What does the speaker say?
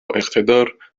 اقتدار